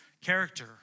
character